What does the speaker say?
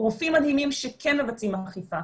רופאים מדהימים שכן מבצעים אכיפה.